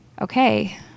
Okay